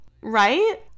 Right